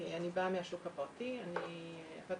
אני באה מהשוק הפרטי, באתי